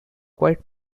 quite